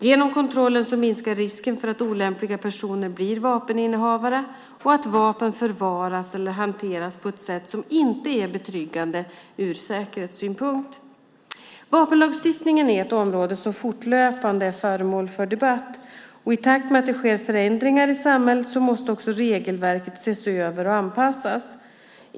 Genom kontrollen minskar risken för att olämpliga personer blir vapeninnehavare och att vapen förvaras eller hanteras på ett sätt som inte är betryggande från säkerhetssynpunkt. Vapenlagstiftningen är ett område som fortlöpande är föremål för debatt. I takt med att det sker förändringar i samhället måste också regelverket ses över och anpassas.